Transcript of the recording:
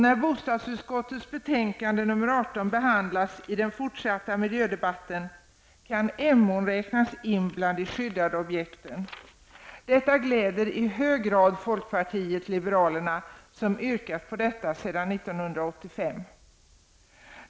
När bostadsutskottets betänkande nr 18 behandlas i den fortsatta miljödebatten kan Emån räknas in bland de skyddade objekten. Detta glädjer i hög grad folkpartiet liberalerna, som har yrkat på detta sedan 1985.